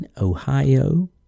Ohio